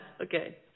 Okay